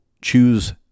choose